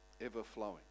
Ever-flowing